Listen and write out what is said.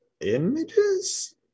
images